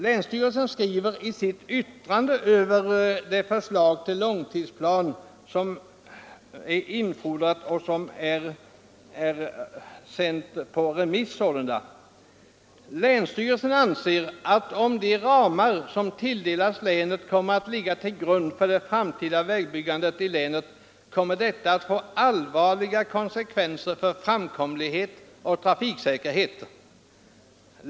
Länsstyrelsen skriver i det yttrande som infordrats över de förslag till långtidsplaner som sänts ut på remiss: ”Länsstyrelsen anser att om de ramar, som tilldelats länet, kommer att ligga till grund för det framtida vägbyggandet i länet kommer detta att få allvarliga konsekvenser för framkomlighet och trafiksäkerhet.